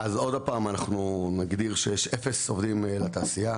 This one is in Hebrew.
אז עוד פעם אנחנו נגדיר שיש אפס עובדים לתעשייה,